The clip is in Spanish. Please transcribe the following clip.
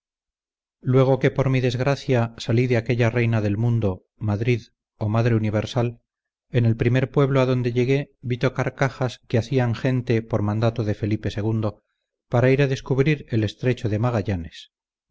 luego que por mi desgracia salí de aquella reina del mundo madrid o madre universal en el primer pueblo a donde llegué vi tocar cajas que hacían gente por mandado de felipe ii para ir a descubrir el estrecho de magallanes